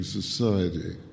society